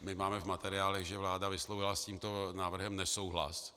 My máme v materiálech, že vláda vyslovila s tímto návrhem nesouhlas.